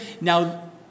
Now